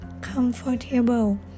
comfortable